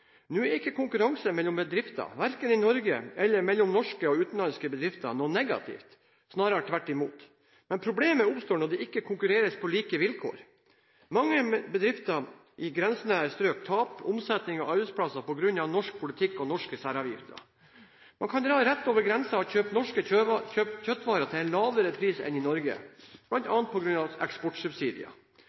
Nå er ikke konkurranse mellom bedrifter, verken i Norge eller mellom norske og utenlandske bedrifter, noe negativt – snarere tvert imot, men problemet oppstår når det ikke konkurreres på like vilkår. Mange bedrifter i grensenære strøk taper omsetning og arbeidsplasser på grunn av norsk politikk og norske særavgifter. Man kan dra rett over grensen og kjøpe norske kjøttvarer til en lavere pris enn i Norge, bl.a. på grunn av eksportsubsidier.